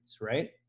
right